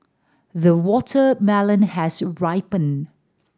the watermelon has ripened